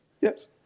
Yes